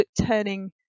turning